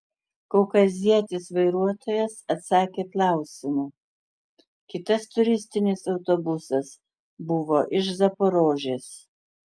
kaukazietis vairuotojas atsakė klausimu kitas turistinis autobusas buvo iš zaporožės